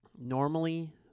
Normally